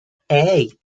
hey